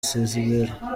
sezibera